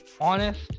honest